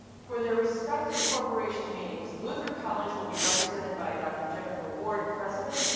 for their respective corporation meetings, luther college will be represented by dr. jenifer ward, president.